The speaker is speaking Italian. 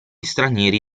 stranieri